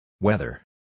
Weather